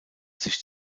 sich